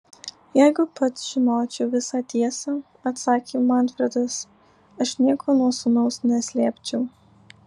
jeigu pats žinočiau visą tiesą atsakė manfredas aš nieko nuo sūnaus neslėpčiau